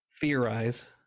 theorize